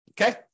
Okay